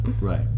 right